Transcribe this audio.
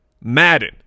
Madden